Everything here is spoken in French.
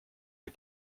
les